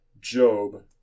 Job